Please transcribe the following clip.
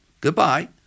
Goodbye